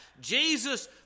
Jesus